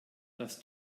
das